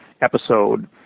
episode